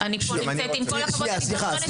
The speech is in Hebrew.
סליחה,